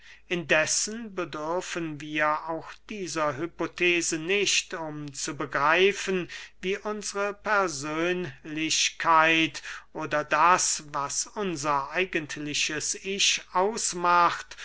indessen bedürfen wir auch dieser hypothese nicht um zu begreifen wie unsre persönlichkeit oder das was unser eigentliches ich ausmacht